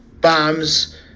bombs